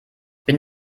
bin